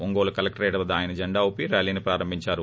Ongole collectorate వద్ద ఆయన జెండా ఊపి ర్యారీ ని ప్రారంభించారు